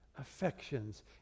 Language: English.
Affections